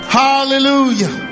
hallelujah